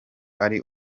ari